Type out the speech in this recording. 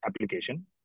application